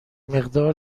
مقدار